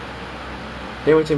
mm that's cool